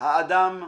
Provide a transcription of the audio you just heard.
האדם מתר.